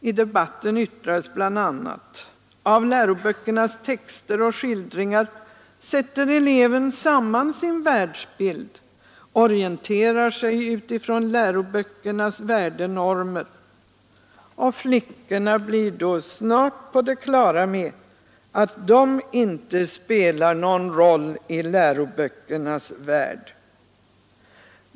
I debatten yttrades ba Av läroböckernas texter och skildringar sätter eleven samman sin världsbild, orienterar sig utifrån läroböckernas värdenormer — och flickorna blir då snart på det klara med att de inte spelar någon roll i läroböckernas värld.